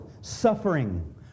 suffering